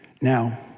Now